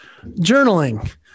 Journaling